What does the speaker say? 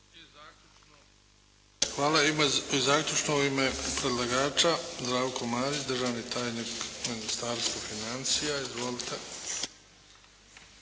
Hvala. I zaključno u ime predlagača, Zdravko Marić, državni tajnik u Ministarstvu financija. Izvolite.